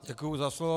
Děkuji za slovo.